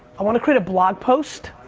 i want to create a blog post.